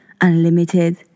unlimited